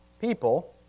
people